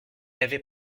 avait